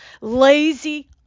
Lazy